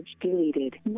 deleted